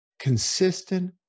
consistent